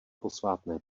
posvátné